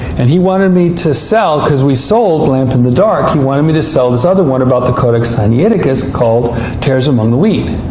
and he wanted me to sell because we sold a lamp in the dark, he wanted me to sell this other one about the codex sinaiticus called tares among the wheat.